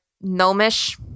gnomish